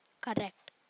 Correct